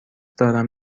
دارم